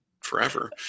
forever